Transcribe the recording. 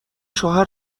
شوهر